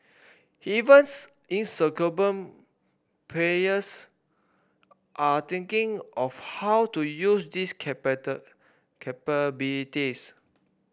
evens incumbent players are thinking of how to use these capabilities